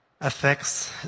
affects